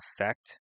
effect